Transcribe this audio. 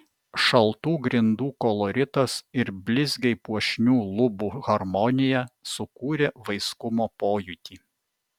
šaltų grindų koloritas ir blizgiai puošnių lubų harmonija sukūrė vaiskumo pojūtį